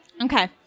Okay